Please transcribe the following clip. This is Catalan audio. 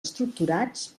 estructurats